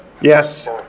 Yes